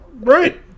right